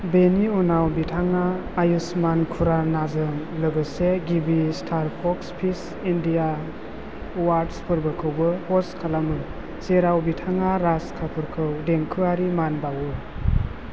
बेनि उनाव बिथाङा आयुष्मान खुरानाजों लोगोसे गिबि star box office India awards फोर्बोखौबो हस्ट खालामो जेराव बिथाङा राज कापुरखौ देंखोयारि मान बावो